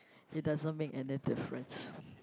it doesn't make any difference